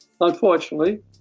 Unfortunately